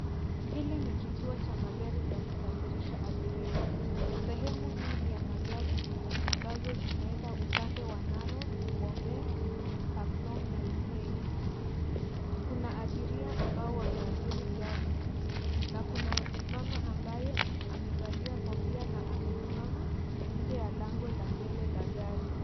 Hili ni kituo cha magari za kusafirisha abiria. Sehemu hii ni ya magari ambazo zinaenda upande wa Narok , Bomet , kaplong na litein . Kuna abiria ambao wameabiri gari na kuna mama ambaye amevalia kofia na amesimama nje ya lango la mbele la gari.